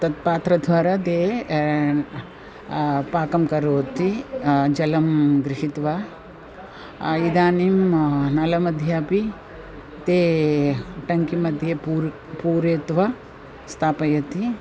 तत् पात्रद्वारा ते पाकं करोति जलं गृहीत्वा इदानीं नलीमध्ये अपि ते टङ्की मध्ये पूरः पूरयित्वा स्थापयन्ति